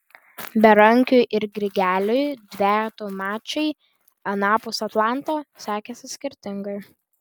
berankiui ir grigeliui dvejetų mačai anapus atlanto sekėsi skirtingai